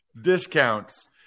discounts